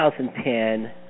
2010